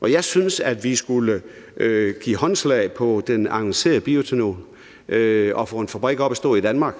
Og jeg synes, at vi skulle give håndslag på den avancerede bioætanol og få en fabrik op at stå i Danmark,